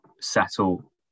settle